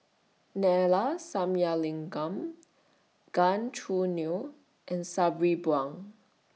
Neila Sathyalingam Gan Choo Neo and Sabri Buang